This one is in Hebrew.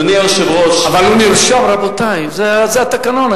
הוא נרשם, רבותי, זה התקנון.